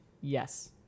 Yes